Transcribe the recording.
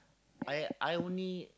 I I only